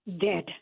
dead